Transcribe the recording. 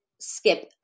skip